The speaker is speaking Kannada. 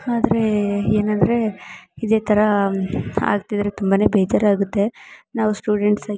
ಆದ್ರೇ ಏನಂದರೆ ಇದೇ ಥರ ಆಗ್ತಿದ್ದರೆ ತುಂಬ ಬೇಜಾರಾಗುತ್ತೆ ನಾವು ಸ್ಟೂಡೆಂಟ್ಸಾಗಿ